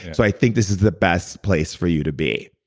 so i think this is the best place for you to be.